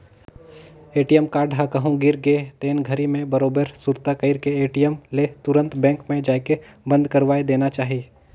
ATM card ह कहूँ गवा गे तेन घरी मे बरोबर सुरता कइर के ए.टी.एम ले तुंरत बेंक मे जायके बंद करवाये देना चाही